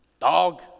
Dog